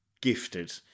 gifted